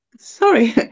Sorry